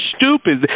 stupid